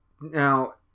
Now